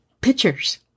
pictures